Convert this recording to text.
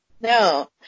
No